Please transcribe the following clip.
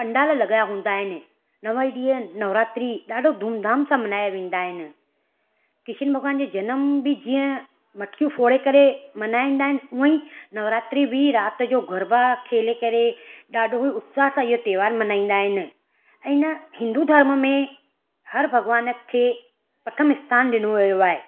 पंडाल लॻाया हूंदा आहिनि नव ॾींहंनि नवरात्री ॾाढो धूम धाम सां मल्हाया वेंदा आहिनि किशन भॻवान जो जनम बि जीअं मटकियूं फोड़े करे मल्हाईंदा आहिनि उहे ई नवरात्री बि राति जो गरबा खेले करे ॾाढो उत्साह सां इहो त्योहारु मल्हाईंदा आहिनि ऐं न हिंदू धर्म में हर भॻिवान खे प्रथम स्थानु ॾिनो वियो आहे